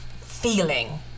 feeling